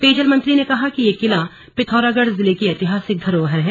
पेयजल मंत्री ने कहा कि यह किला पिथौरागढ़ जिले की ऐतिहासिक धरोहर है